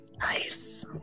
Nice